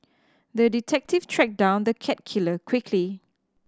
the detective tracked down the cat killer quickly